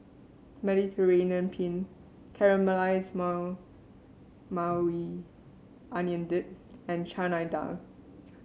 Mediterranean Penne Caramelized Mau Maui Onion Dip and Chana Dal